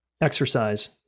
exercise